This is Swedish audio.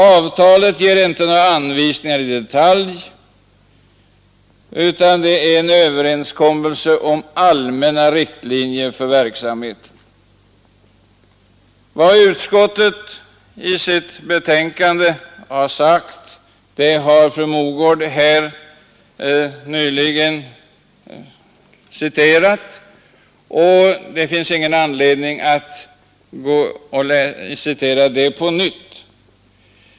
Avtalet ger inte några anvisningar i detalj utan är en överenskommelse om allmänna riktlinjer för verksamheten. Vad utskottet i sitt betänkande har sagt har fru Mogård nyligen citerat, och det finns ingen anledning att på nytt citera det.